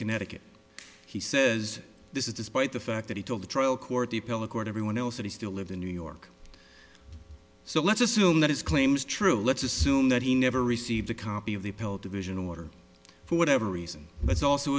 connecticut he says this is despite the fact that he told the trial court the pella court everyone else that he still lived in new york so let's assume that his claims true let's assume that he never received a copy of the appellate division order for whatever reason let's also